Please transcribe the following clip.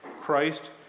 Christ